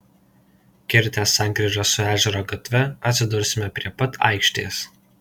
kirtę sankryžą su ežero gatve atsidursime prie pat aikštės